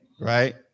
right